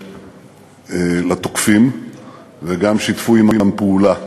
לתוקפים וגם שיתפו עמם פעולה.